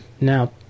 now